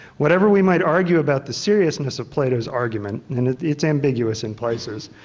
whatever we might argue about the seriousness of plato's argument and it's ambiguous in places,